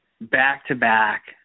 back-to-back